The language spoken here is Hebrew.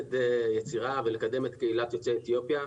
לעודד יצירה ולקדם את קהילת יוצאי אתיופיה,